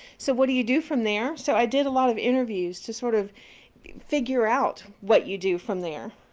so what do you do from there? so i did a lot of interviews to sort of figure out what you do from there.